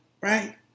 right